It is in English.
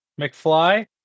McFly